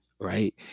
right